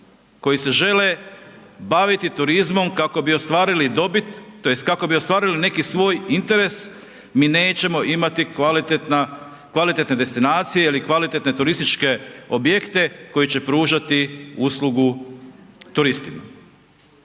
kako bi ostvarili dobit tj. kako bi ostvarili neki svoj interes, mi nećemo imati kvalitetne destinacije ili kvalitetne turističke objekte koji će pružati uslugu turistima.